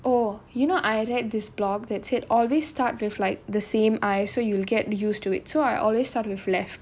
oh you know I read this blog that said always start with like the same eye so you'll get used to it so I always start with left